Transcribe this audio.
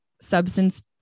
substance